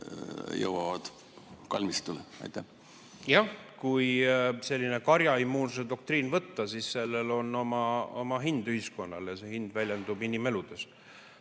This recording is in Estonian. jõuavad kalmistule? Jah, kui selline karjaimmuunsuse doktriin valida, siis sellel on oma hind ühiskonnale ja see hind väljendub inimeludes.